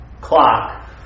clock